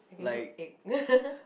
I can cook egg